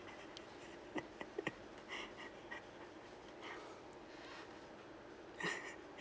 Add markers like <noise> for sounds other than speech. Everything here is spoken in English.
<laughs>